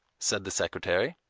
said the secretary.